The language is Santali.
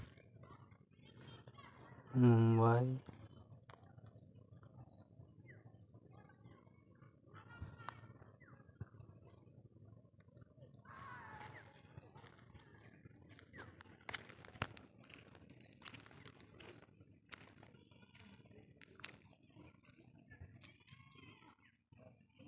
ᱢᱩᱢᱵᱟᱭ